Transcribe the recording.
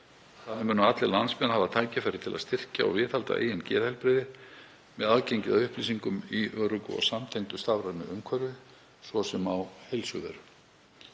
Þannig munu allir landsmenn hafa tækifæri til að styrkja og viðhalda eigin geðheilbrigði með aðgengi að upplýsingum í öruggu og samtengdu stafrænu umhverfi, svo sem á Heilsuveru.